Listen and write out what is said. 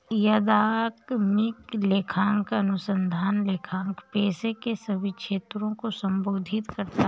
अकादमिक लेखांकन अनुसंधान लेखांकन पेशे के सभी क्षेत्रों को संबोधित करता है